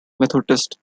methodist